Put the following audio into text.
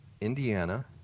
Indiana